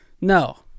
no